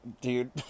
Dude